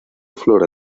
flora